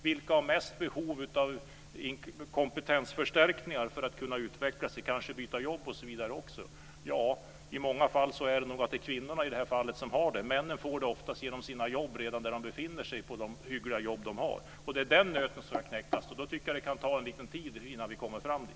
Vilka har mest behov av kompetensförstärkningar för att kunna utvecklas, kanske byta jobb osv.? I många fall är det nog kvinnorna i det här fallet. Männen får oftast detta på de hyggliga jobb som de har. Det är den nöten som ska knäckas. Då tycker jag att det kan få ta en liten tid innan vi kommer fram dit.